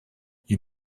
you